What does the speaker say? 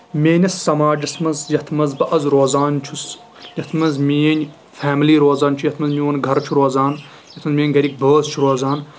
میٲنِس سَماجس منٛز یَتھ منٛز بہٕ آز روزان چھُس یَتھ منٛز میٲنۍ فیملی روزان چھِ یتھ منٛز میون گرٕ چھُ روزان یَتھ منٛز میٲنۍ گَرِکۍ بٲژ چھِ روزان